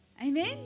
Amen